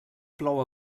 plou